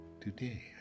today